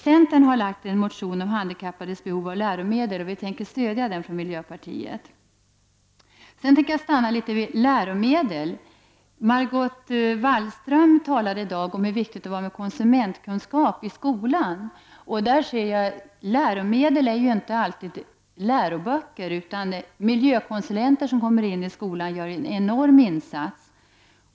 Centern har väckt en motion om handikappades behov av läromedel, och vi tänker från miljöpartiet stödja den. Jag kan stanna vid frågan om läromedel. Margot Wallström talade i dag om hur viktigt det är med konsumentkunskap i skolan. Jag vill säga att läromedel inte alltid är läroböcker. Miljökonsulenter som kommer in i skolan gör en enorm insats.